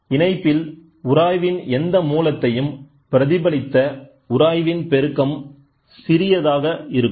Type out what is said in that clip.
இணைப்பில் உராய்வின் எந்த மூலத்தையும் பிரதிபலித்த உராய்வின் பெருக்கம் சிறியதாக இருக்கும்